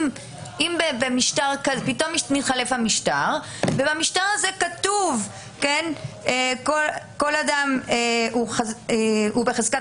פתאום מתחלף המשטר ובמשטר הזה כתוב שכל אדם הוא בחזקת